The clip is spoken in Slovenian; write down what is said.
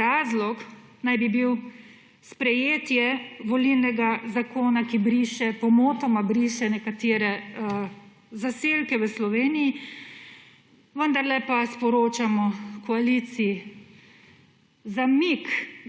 Razlog naj bi bil sprejetje volilnega zakona, ki pomotoma briše nekatere zaselke v Sloveniji, vendarle pa sporočamo koaliciji: zamik